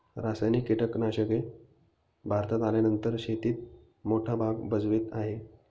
रासायनिक कीटनाशके भारतात आल्यानंतर शेतीत मोठा भाग भजवीत आहे